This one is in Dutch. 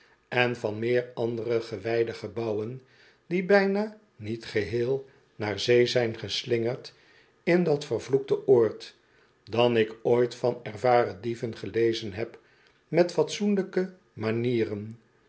en van meer andere gewijde gebouwen die bijna niet geheel naar zee zijn geslingerd in dat vervloekte oord dan ik ooit van ervaren dieven gelezen heb met fatsoenlijke manieren